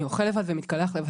אני אוכל לבד ומתקלח לבד,